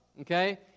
Okay